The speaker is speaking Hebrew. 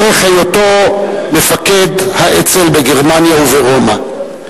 דרך היותו מפקד האצ"ל בגרמניה וברומא.